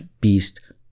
beast